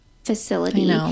facility